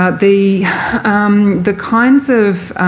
ah the the kinds of